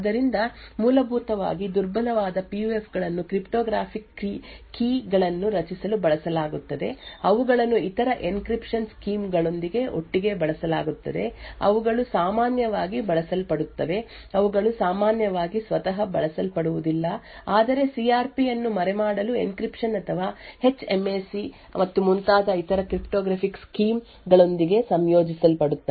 ಆದ್ದರಿಂದ ಮೂಲಭೂತವಾಗಿ ದುರ್ಬಲವಾದ ಪಿಯುಎಫ್ ಗಳನ್ನು ಕ್ರಿಪ್ಟೋಗ್ರಾಫಿಕ್ ಕೀ ಗಳನ್ನು ರಚಿಸಲು ಬಳಸಲಾಗುತ್ತದೆ ಅವುಗಳನ್ನು ಇತರ ಎನ್ಕ್ರಿಪ್ಶನ್ ಸ್ಕೀಮ್ ಗಳೊಂದಿಗೆ ಒಟ್ಟಿಗೆ ಬಳಸಲಾಗುತ್ತದೆ ಅವುಗಳು ಸಾಮಾನ್ಯವಾಗಿ ಬಳಸಲ್ಪಡುತ್ತವೆ ಅವುಗಳು ಸಾಮಾನ್ಯವಾಗಿ ಸ್ವತಃ ಬಳಸಲ್ಪಡುವುದಿಲ್ಲ ಆದರೆ ಸಿ ಆರ್ ಪಿ ಅನ್ನು ಮರೆಮಾಡಲು ಎನ್ಕ್ರಿಪ್ಶನ್ ಅಥವಾ ಹೆಚ್ ಎಂ ಎ ಸಿ ಮತ್ತು ಮುಂತಾದ ಇತರ ಕ್ರಿಪ್ಟೋಗ್ರಾಫಿಕ್ ಸ್ಕೀಮ್ ಗಳೊಂದಿಗೆ ಸಂಯೋಜಿಸಲ್ಪಡುತ್ತವೆ